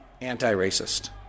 anti-racist